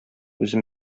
үзем